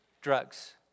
Drugs